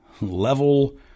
level